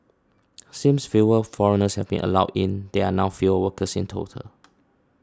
since fewer foreigners have been allowed in there now fewer workers in total